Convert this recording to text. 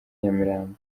nyamirambo